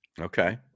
Okay